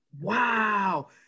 Wow